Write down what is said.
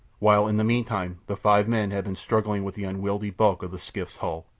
while in the meantime the five men had been struggling with the unwieldy bulk of the skiff's hull.